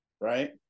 Right